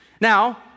Now